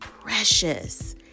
Precious